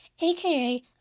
aka